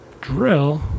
drill